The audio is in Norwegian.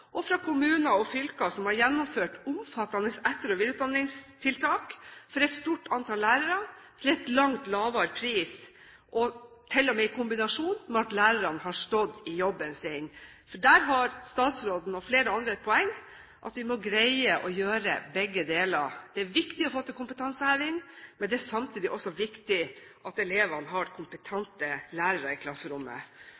og fra kommuner og fylker som har gjennomført omfattende etter- og videreutdanningstiltak for et stort antall lærere til en langt lavere pris, til og med i kombinasjon med at lærerne har stått i jobben sin. Der har statsråden og flere andre et poeng, at vi må greie å gjøre begge deler. Det er viktig å få til kompetanseheving, men det er samtidig viktig at elevene har